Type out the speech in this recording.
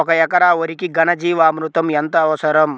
ఒక ఎకరా వరికి ఘన జీవామృతం ఎంత అవసరం?